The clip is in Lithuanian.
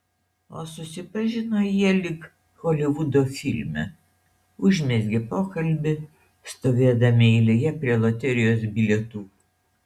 o susipažino jie lyg holivudo filme užmezgė pokalbį stovėdami eilėje prie loterijos bilietų